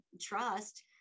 trust